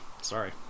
Sorry